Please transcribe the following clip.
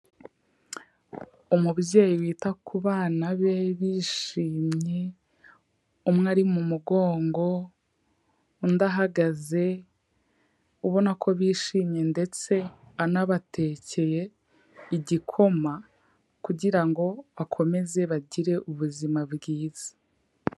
Umubyeyi wita ku bana be bishimye, umwe ari mu mugongo undi ahagaze ubona ko bishimye ndetse anabatekeye igikoma. Kugira ngo bakomeze bagire ubuzima bwiza.